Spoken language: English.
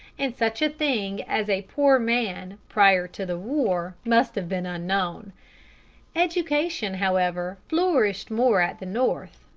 and such a thing as a poor man prior to the war must have been unknown education, however, flourished more at the north,